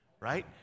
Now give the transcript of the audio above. Right